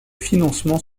financements